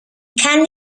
kann